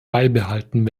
beibehalten